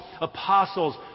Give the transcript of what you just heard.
apostles